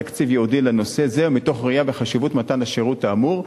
מתוך ראיית החשיבות של מתן השירות האמור.